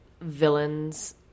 villains